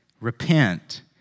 Repent